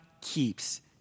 keeps